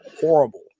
horrible